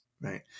Right